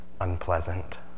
unpleasant